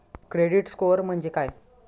Credit score म्हणजे काय?